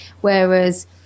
Whereas